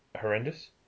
horrendous